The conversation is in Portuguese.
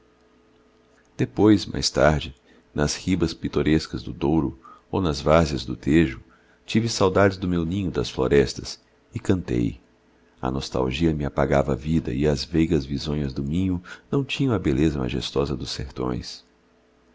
depois mais tarde nas ribas pitorescas do douro ou nas várzeas do tejo tive saudades do meu ninho das florestas e cantei a nostalgia me apagava a vida e as veigas visonhas do minho não tinham a beleza majestosa dos sertões